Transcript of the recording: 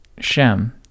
Shem